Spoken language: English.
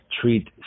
treat